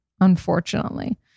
unfortunately